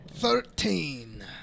Thirteen